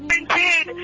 indeed